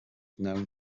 known